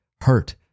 hurt